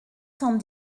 cent